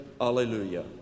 Alleluia